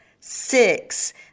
six